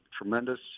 tremendous